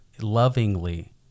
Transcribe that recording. Lovingly